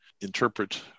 interpret